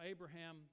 Abraham